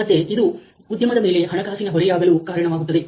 ಮತ್ತೆ ಇದು ಉದ್ಯಮದ ಮೇಲೆ ಹಣಕಾಸಿನ ಹೊರೆಯಾಗಲು ಕಾರಣವಾಗುತ್ತದೆ